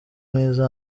umwiza